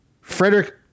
Frederick